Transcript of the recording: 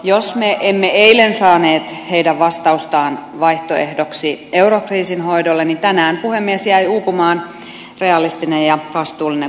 jos me emme eilen saaneet heidän vastaustaan vaihtoehdoksi eurokriisin hoidolle niin tänään puhemies jäi uupumaan realistinen ja vastuullinen budjettivaihtoehto